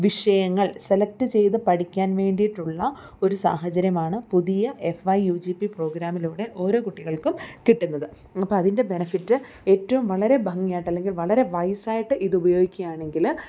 വിഷയങ്ങൾ സെലക്ട് ചെയ്ത് പഠിക്കാൻ വേണ്ടിയിട്ടുള്ള ഒരു സാഹചര്യമാണ് പുതിയ F Y U G P പ്രോഗ്രാമിലൂടെ ഓരോ കുട്ടികൾക്കും കിട്ടുന്നത് അപ്പം അതിൻ്റെ ബെനഫിറ്റ് ഏറ്റവും വളരെ ഭംഗിയായിട്ട് അല്ലെങ്കിൽ വളരെ വൈസ് ആയിട്ട് ഇത് ഉപയോഗിക്കുക ആണെങ്കിൽ